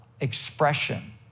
expression